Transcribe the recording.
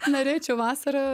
norėčiau vasarą